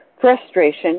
frustration